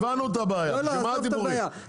הבנו את הבעיה בשביל מה הדיבורים,